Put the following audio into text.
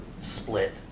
split